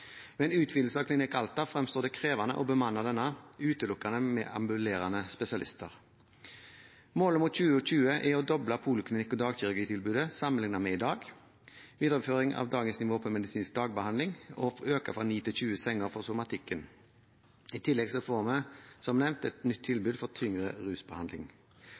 Ved en utvidelse av Klinikk Alta fremstår det krevende å bemanne denne utelukkende med ambulerende spesialister. Målet mot 2020 er å doble poliklinikk- og dagkirurgitilbudet sammenlignet med i dag, å videreføre dagens nivå på medisinsk dagbehandling og å øke fra 9 til 20 senger innenfor somatikken. I tillegg får vi som nevnt et nytt tilbud for tyngre rusbehandling.